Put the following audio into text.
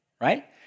right